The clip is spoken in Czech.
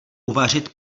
uvařit